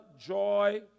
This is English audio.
joy